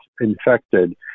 infected